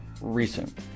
recent